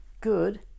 good